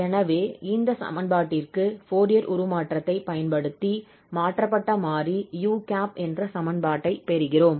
எனவே இந்த சமன்பாட்டிற்கு ஃபோரியர் உருமாற்றத்தைப் பயன்படுத்தி மாற்றப்பட்ட மாறி 𝑢̂ என்ற சமன்பாட்டை பெறுகிறோம்